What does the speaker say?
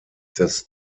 des